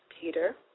Peter